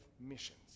missions